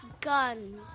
Guns